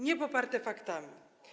niepoparte faktami.